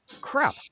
Crap